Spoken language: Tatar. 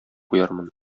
куярмын